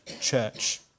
church